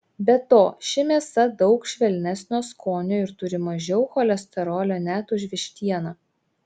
be to ši mėsa daug švelnesnio skonio ir turi mažiau cholesterolio net už vištieną